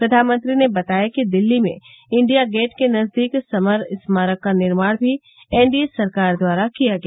प्रधानमंत्री ने बताया कि दिल्ली में इंडिया गेट के नजदीक समर स्मारक का निर्माण भी एन डी ए सरकार द्वारा किया गया